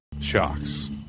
Shocks